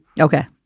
Okay